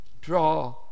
Draw